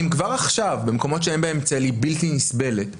כבר עכשיו במקומות שאין בהם צל היא בלתי נסבלת.